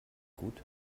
gut